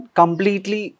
completely